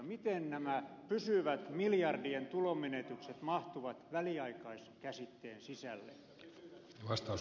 miten nämä pysyvät miljardien tulonmenetykset mahtuvat väliaikais käsitteen sisälle